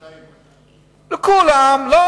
לא,